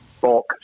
bulk